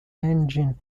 engine